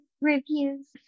reviews